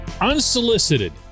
unsolicited